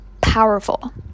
powerful